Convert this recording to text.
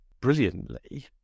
brilliantly